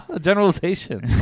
Generalization